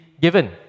given